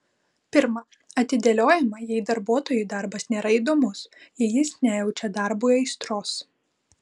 pirma atidėliojama jei darbuotojui darbas nėra įdomus jei jis nejaučia darbui aistros